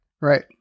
Right